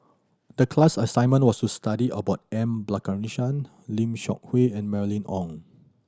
the class assignment was to study about M Balakrishnan Lim Seok Hui and Mylene Ong